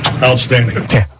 Outstanding